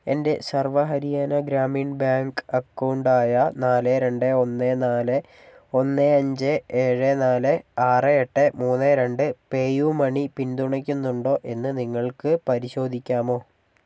എൻ്റെ Sarva Haryana Gramin bank account ആയ നാല് രണ്ട് ഒന്ന് നാല് ഒന്ന് അഞ്ച് ഏഴ് നാല് ആറ് എട്ട് മൂന്ന് രണ്ട് പേയുമണി പിന്തുണയ്ക്കുന്നുണ്ടോ എന്ന് നിങ്ങൾക്ക് പരിശോധിക്കാമോ